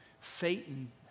Satan